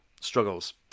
struggles